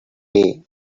day